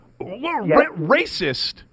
Racist